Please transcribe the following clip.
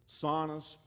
saunas